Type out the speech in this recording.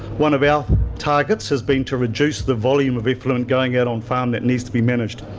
one of our targets has been to reduce the volume of effluent going out on farm that needs to be managed.